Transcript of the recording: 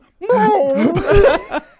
No